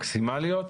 חיים, בבקשה.